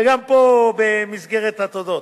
וגם פה, במסגרת התודות,